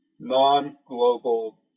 non-global